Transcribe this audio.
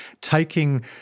taking